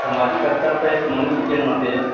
सामाजिक स्तर पर एक मनुष्य के नाते